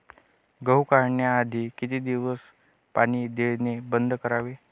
गहू काढण्याआधी किती दिवस पाणी देणे बंद करावे?